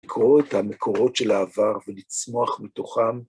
לקרוא את המקורות של העבר ולצמוח בתוכם.